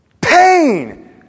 pain